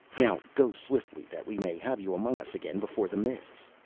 now go swiftly that we may have you among us again before the mists.